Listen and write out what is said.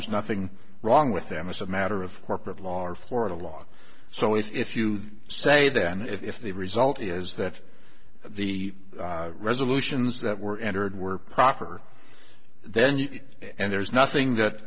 there is nothing wrong with them as a matter of corporate law or florida law so if you say that and if the result is that the resolutions that were entered were proper then you and there's nothing that